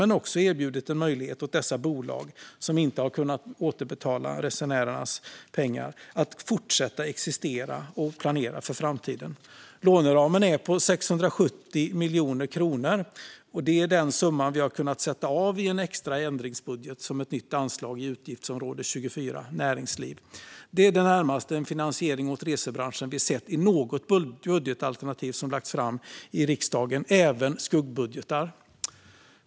Men det har också erbjudit en möjlighet åt dessa bolag, som inte har kunnat återbetala resenärernas pengar, att fortsätta att existera och planera för framtiden. Låneramen är på 670 miljoner kronor. Det är den summa vi har kunnat sätta av i en extra ändringsbudget som ett nytt anslag i utgiftsområde 24 Näringsliv. Det är det närmaste en finansiering åt resebranschen vi sett i något budgetalternativ som lagts fram i riksdagen och även i skuggbudgetar.